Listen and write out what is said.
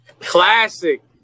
Classic